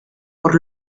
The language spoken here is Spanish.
por